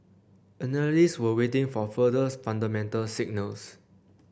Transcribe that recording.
analysts were waiting for further fundamental signals